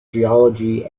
geology